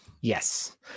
Yes